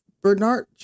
bernard